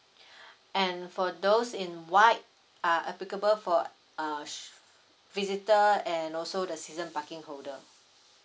and for those in white are applicable for err visitor and also the season parking holder